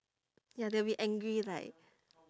ya they'll be angry like